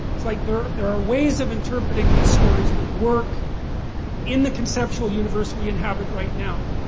it's like there there are ways of interpreting these stories that work in the conceptual universe we inhabit right now.